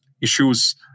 issues